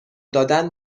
دادن